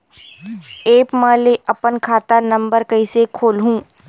App म ले अपन खाता नम्बर कइसे खोलहु?